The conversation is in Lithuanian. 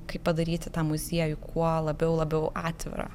kaip padaryti tą muziejų kuo labiau labiau atvirą